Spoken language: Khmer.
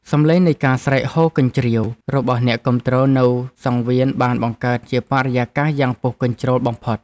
សំឡេងនៃការស្រែកហ៊ោកញ្ជ្រៀវរបស់អ្នកគាំទ្រនៅសង្វៀនបានបង្កើតជាបរិយាកាសយ៉ាងពុះកញ្ជ្រោលបំផុត។